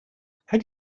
had